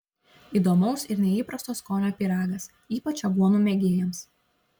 įdomaus ir neįprasto skonio pyragas ypač aguonų mėgėjams